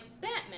Batman